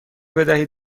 بدهید